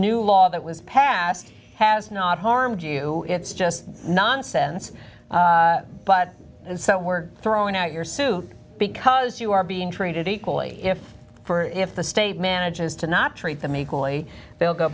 new law that was passed has not harmed you it's just nonsense eight but it's that we're throwing out your suit because you are being treated equally if for if the state manages to not treat them equally they'll go